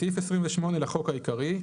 בסעיף 28 לחוק העיקרי,